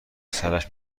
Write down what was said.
سرش